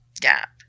gap